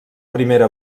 primera